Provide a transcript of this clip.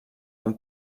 amb